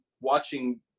watching